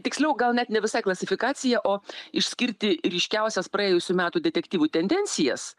tiksliau gal net ne visai klasifikaciją o išskirti ryškiausias praėjusių metų detektyvų tendencijas